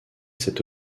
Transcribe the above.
cet